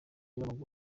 w’amaguru